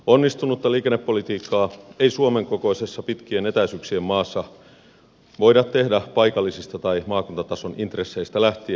onnistunutta liikennepolitiikkaa ei suomen kokoisessa pitkien etäisyyksien maassa voida tehdä paikallisista tai maakuntatason int resseistä lähtien